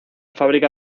fábrica